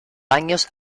años